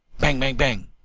bang-bang-bang!